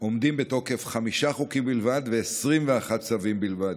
עומדים בתוקף חמישה חוקים בלבד ו-21 צווים בלבד.